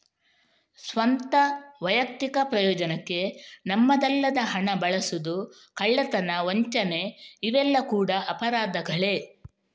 ಸ್ವಂತ, ವೈಯಕ್ತಿಕ ಪ್ರಯೋಜನಕ್ಕೆ ನಮ್ಮದಲ್ಲದ ಹಣ ಬಳಸುದು, ಕಳ್ಳತನ, ವಂಚನೆ ಇವೆಲ್ಲ ಕೂಡಾ ಅಪರಾಧಗಳೇ